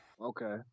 Okay